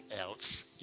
else